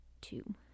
Two